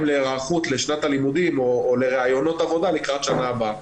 להיערכות לשנת הלימודים או לריאיונות עבודה לקראת שנה הבאה.